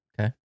Okay